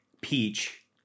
Peach